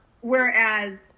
Whereas